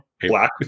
black